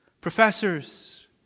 professors